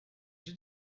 deux